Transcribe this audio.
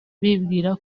bibwira